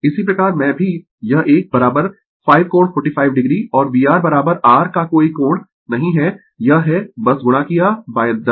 इसी प्रकार मैं भी यह एक 5 कोण 45 o और VR R का कोई कोण नहीं है यह है बस गुणा किया दस